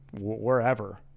wherever